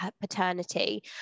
paternity